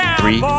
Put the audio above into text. three